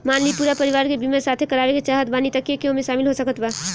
मान ली पूरा परिवार के बीमाँ साथे करवाए के चाहत बानी त के के ओमे शामिल हो सकत बा?